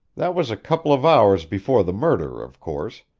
that was a couple of hours before the murder, of course,